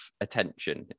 attention